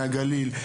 מהגליל,